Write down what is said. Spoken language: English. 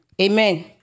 Amen